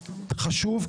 חשוב,